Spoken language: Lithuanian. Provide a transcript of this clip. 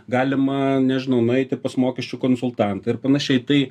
galima nežinau nueiti pas mokesčių konsultantą ir panašiai tai